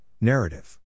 narrative